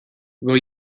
will